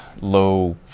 low